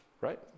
right